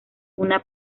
una